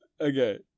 Okay